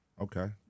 Okay